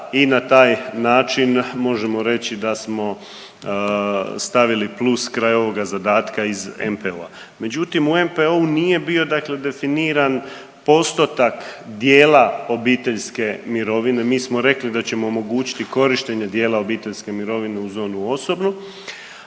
I na taj način možemo reći da smo stavili plus kraj ovoga zadatka iz MPO-a. Međutim u MPO-u nije bio, dakle definiran postotak dijela obiteljske mirovine. Mi smo rekli da ćemo omogućiti korištenje dijela obiteljske mirovine uz onu osobnu.